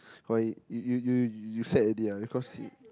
why you you you you sad already ah because he